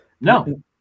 No